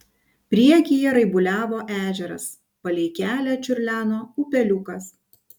priekyje raibuliavo ežeras palei kelią čiurleno upeliukas